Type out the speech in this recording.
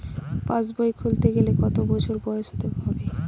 পাশবই খুলতে গেলে কত বছর বয়স হতে হবে?